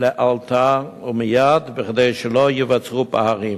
לאלתר ומייד, כדי שלא ייווצרו פערים,